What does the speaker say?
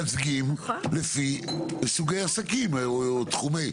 שיתוף של גורמים שמייצגים לפי סוגי עסקים או תחומים.